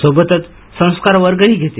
सोबतच संस्कार वर्गही घेते